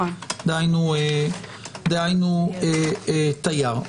דהיינו תייר.